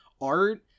art